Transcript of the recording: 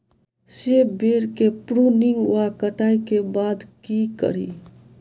सेब बेर केँ प्रूनिंग वा कटाई केँ बाद की करि?